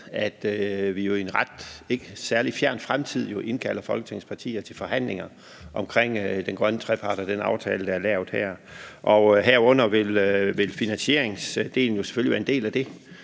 at vi i en ikke særlig fjern fremtid indkalder Folketingets partier til forhandlinger om den grønne trepart og den aftale, der er lavet her. Her vil finansieringsdelen jo være en del af det,